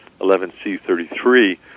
11C33